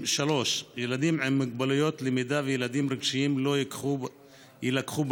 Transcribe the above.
ילדים עם מוגבלויות למידה וילדים רגשיים לא יילקחו בחשבון,